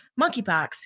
monkeypox